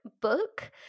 book